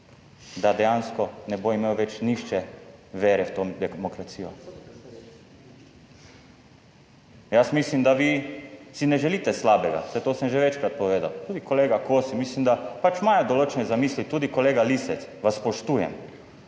da dejansko ne bo imel več nihče vere v to demokracijo. Jaz mislim, da vi si ne želite slabega, saj to sem že večkrat povedal, tudi kolega Kosi, mislim da pač imajo določene zamisli, tudi kolega Lisec, vas spoštujem,